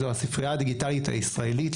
זו הספרייה הדיגיטלית הישראלית,